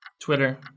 Twitter